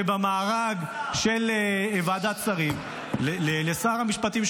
שבמארג של ועדת השרים שר המשפטים,